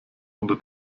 unter